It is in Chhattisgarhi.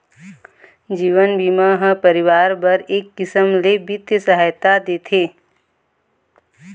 जीवन बीमा ह परिवार बर एक किसम ले बित्तीय सहायता देथे